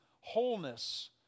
wholeness